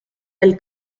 del